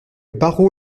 barreau